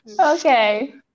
Okay